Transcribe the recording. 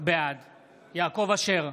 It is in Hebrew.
בעד יעקב אשר,